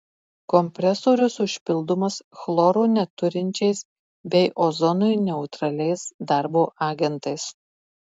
kompresorius užpildomas chloro neturinčiais bei ozonui neutraliais darbo agentais